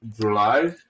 July